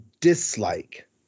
dislike